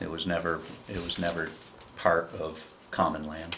it was never it was never part of common land